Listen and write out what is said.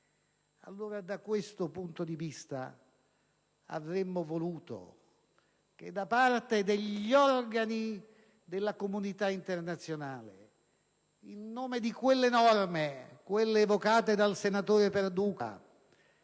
Da questo punto di vista avremmo voluto che da parte degli organi della comunità internazionale, in nome delle norme evocate dal senatore Perduca